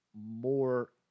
more